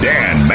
Dan